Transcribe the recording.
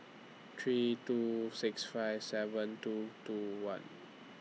three two six five seven two two one